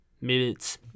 minutes